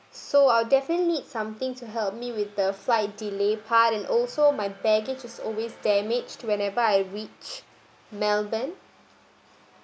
so I'll definitely need something to help me with the flight delay part also my baggage is always damaged whenever I reach melbourne